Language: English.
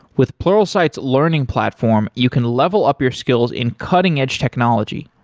with pluralsight's learning platform, you can level up your skills in cutting edge technology,